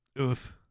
Oof